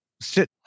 sit